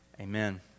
Amen